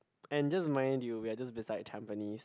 and just mind you we are just beside Tampines